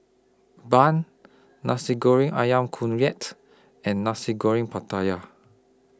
Bun Nasi Goreng Ayam Kunyit and Nasi Goreng Pattaya